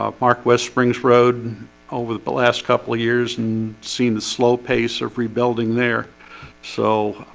ah marquest springs road over the but last couple of years and seen the slow pace of rebuilding there so